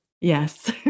Yes